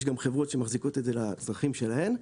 יש גם חברות שמחזיקות את זה לצרכים שלהן.